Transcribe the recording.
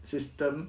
system